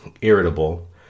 irritable